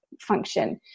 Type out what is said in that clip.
function